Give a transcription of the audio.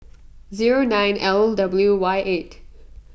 zero nine L W Y eight